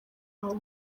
abo